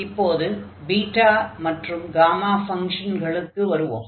இப்போது பீட்டா மற்றும் காமா ஃபங்ஷன்களுக்கு வருவோம்